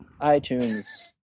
iTunes